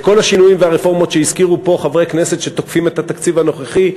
לכל השינויים והרפורמות שהזכירו פה חברי כנסת שתוקפים את התקציב הנוכחי,